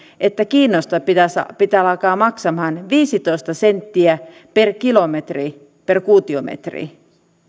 että kiinnosta pitää alkaa maksamaan viisitoista senttiä per kilometri per kuutiometri